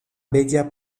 bella